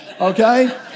okay